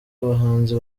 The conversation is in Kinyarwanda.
abahanzi